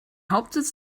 hauptsitz